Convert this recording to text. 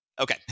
Okay